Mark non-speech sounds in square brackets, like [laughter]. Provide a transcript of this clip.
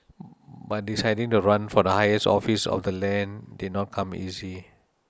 [noise] but deciding to run for the highest office of the land did not come easy